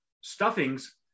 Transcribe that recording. stuffings